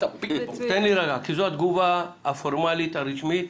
כי זו התגובה הפורמלית הרשמית.